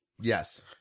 Yes